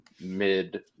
mid